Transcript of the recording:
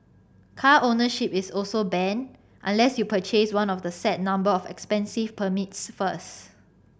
car ownership is also banned unless you purchase one of the set number of expensive permits first